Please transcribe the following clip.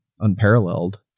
unparalleled